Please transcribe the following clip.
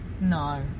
No